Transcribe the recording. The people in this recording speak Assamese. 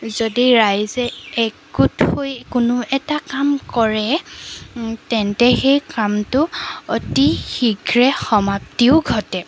যদি ৰাইজে একগোট হৈ কোনো এটা কাম কৰে তেন্তে সেই কামটো অতি শীঘ্ৰে সমাপ্তিও ঘটে